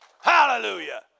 Hallelujah